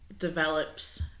develops